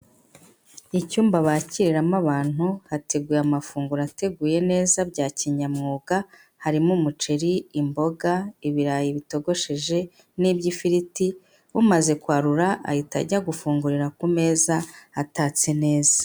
Icyumba bakiriramo abantu hateguye amafunguro ateguye neza bya kinyamwuga, harimo umuceri, imboga, ibirayi bitogosheje n'iby'ifiriti, umaze kwarura ahita ajya gufungurira ku meza atatse neza.